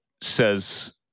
says